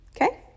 Okay